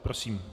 Prosím.